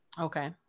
okay